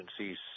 agencies